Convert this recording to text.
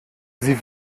sie